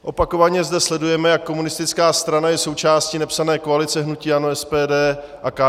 Opakovaně zde sledujeme, jak komunistická strana je součástí nepsané koalice hnutí ANO, SPD a KSČM.